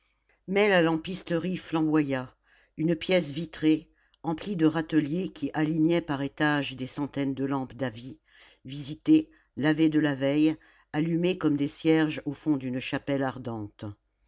mais la lampisterie flamboya une pièce vitrée emplie de râteliers qui alignaient par étages des centaines de lampes davy visitées lavées de la veille allumées comme des cierges au fond d'une chapelle ardente